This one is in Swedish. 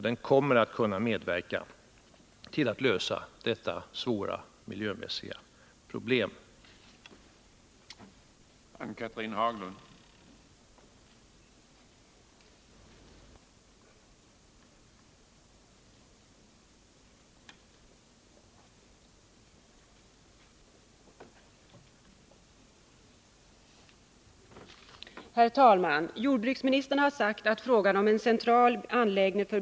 Den kommer att kunna medverka till att lösa detta svåra miljömässiga problem.